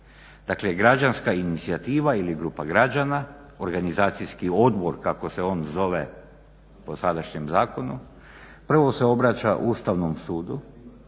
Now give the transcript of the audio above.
Dakle građanska inicijativa ili grupa građana organizacijski odbor kako se on zove po sadašnjem zakonu prvo se obraća Ustavnom sudu